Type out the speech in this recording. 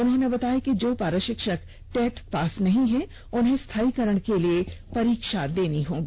उन्होंने बताया कि जो पारा षिक्षक टेट पास नहीं हैं उन्हें स्थायीकरण के लिए परीक्षा देनी होगी